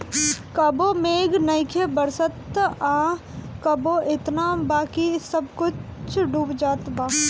कबो मेघ नइखे बरसत आ कबो एतना होत बा कि सब कुछो डूब जात बा